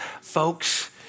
Folks